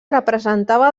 representava